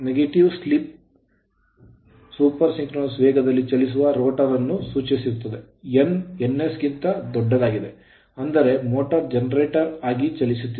negative slip slip super synchronous ವೇಗದಲ್ಲಿ ಚಲಿಸುವ rotor ಅನ್ನು ಸೂಚಿಸುತ್ತದೆ n ns ಗಿಂತ ದೊಡ್ಡದಾಗಿದೆ ಅಂದರೆ ಮೋಟರ್ ಜನರೇಟರ್ ಆಗಿ ಚಲಿಸುತ್ತಿದೆ